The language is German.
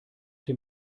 dem